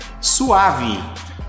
Suave